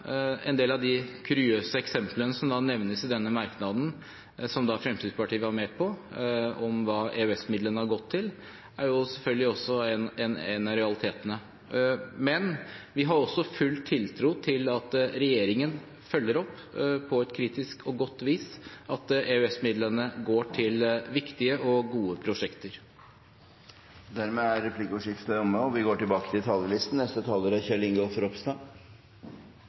en del av de kuriøse eksemplene som nevnes i denne merknaden, som Fremskrittspartiet var med på, om hva EØS-midlene har gått til, selvfølgelig også noe av realiteten. Men vi har full tiltro til at regjeringen på et kritisk og godt vis følger opp at EØS-midlene går til viktige og gode prosjekter. Replikkordskiftet er dermed omme. I morgen får den pakistanske kvinnen Malala Yousafzai Nobels fredspris for sin uredde innsats for jenters rett til